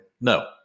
No